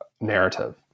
narrative